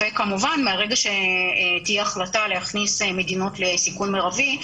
וכמובן מהרגע שתהיה החלטה להכניס מדינות לסיכון מרבי,